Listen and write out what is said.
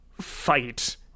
fight